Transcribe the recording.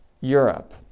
europe